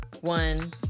one